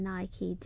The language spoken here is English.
Nike